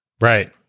Right